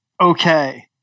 Okay